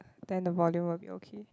then the volume will be okay